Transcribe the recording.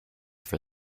for